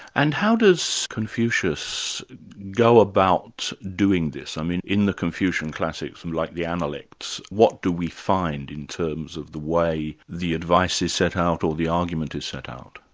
and how does confucius go about doing this? i mean, in the confucian classics, like analects what do we find in terms of the way the advice is set out, or the argument is set out?